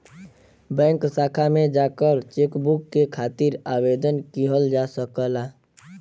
bank शाखा में जाकर चेकबुक के खातिर आवेदन किहल जा सकला